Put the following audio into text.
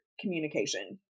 communication